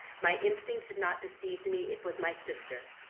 my instinct had not deceived me! it was my sister!